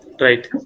Right